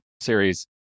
series